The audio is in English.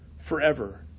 forever